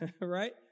right